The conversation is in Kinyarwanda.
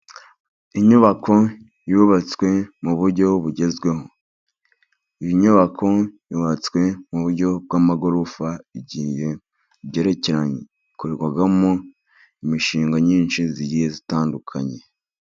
Inyubako yubatswe mu buryo bugezweho, iyi nyubako yubatswe mu buryo bw'amagorofa, igiye igerekeranye, ikorerwamo imishinga myinshi igiye itandukanye.